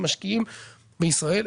משקיעים בישראל.